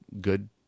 good